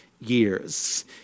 years